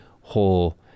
whole